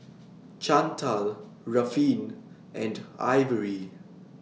Chantal Ruffin and Ivory